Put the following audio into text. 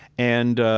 and,